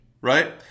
right